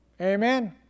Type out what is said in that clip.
Amen